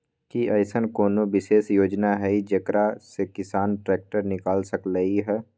कि अईसन कोनो विशेष योजना हई जेकरा से किसान ट्रैक्टर निकाल सकलई ह?